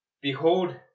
behold